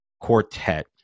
quartet